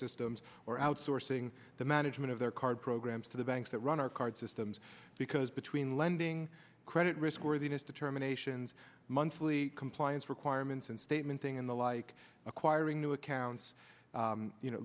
systems or outsourcing the management of their card programs to the banks that run our card systems because between lending credit risk worthiness to terminations monthly compliance requirements and statement thing in the like acquiring new accounts